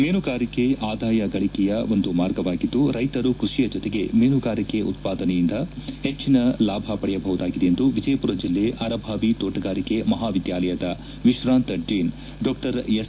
ಮೀನುಗಾರಿಕೆ ಆದಾಯ ಗಳಿಕೆಯ ಒಂದು ಮಾರ್ಗವಾಗಿದ್ದು ರೈತರು ಕೃಷಿಯ ಜತೆಗೆ ಮೀನುಗಾರಿಕೆ ಉತ್ಪಾದನೆಯಿಂದ ಹೆಚ್ಚಿನ ಲಾಭ ಪಡೆಯಬಹುದಾಗಿದೆ ಎಂದು ವಿಜಯಪುರ ಜಿಲ್ಲೆ ಅರಭಾವಿ ತೋಟಗಾರಿಕೆ ಮಹಾವಿದ್ಯಾಲಯದ ವಿಶ್ರಾಂತ ಡೀನ್ ಡಾ ಎಸ್